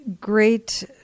Great